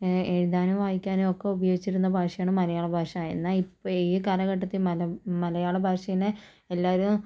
എഴുതാനും വായിക്കാനൊക്കെ ഉപയോഗിച്ചിരുന്ന ഭാഷയാണ് മലയാള ഭാഷ എന്നാൽ ഇപ്പം ഈ കാലഘട്ടത്തിൽ മല മലയാള ഭാഷയെ എല്ലാവരും